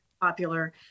popular